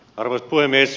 arvoisa puhemies